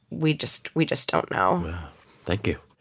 we just we just don't know thank you.